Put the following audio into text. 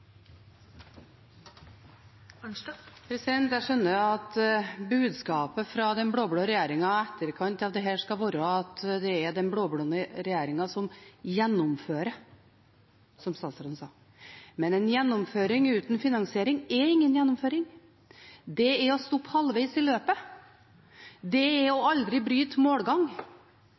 den blå-blå regjeringen som gjennomfører, som statsråden sa. Men en gjennomføring uten finansiering er ingen gjennomføring. Det er å stoppe halvveis i løpet. Det er å aldri bryte